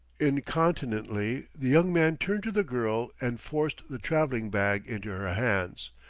incontinently the young man turned to the girl and forced the traveling-bag into her hands.